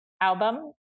album